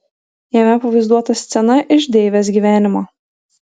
jame pavaizduota scena iš deivės gyvenimo